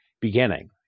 beginning